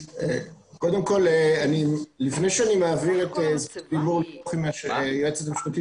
קודם כל לפני שאני מעביר את זכות הדיבור ליועצת המשפטית